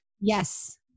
Yes